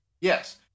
Yes